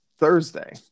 Thursday